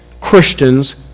Christians